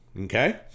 Okay